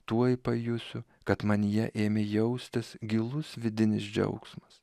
tuoj pajusiu kad manyje ėmė jaustis gilus vidinis džiaugsmas